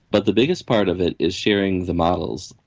but the biggest part of it is sharing the models.